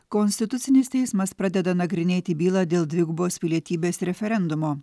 konstitucinis teismas pradeda nagrinėti bylą dėl dvigubos pilietybės referendumo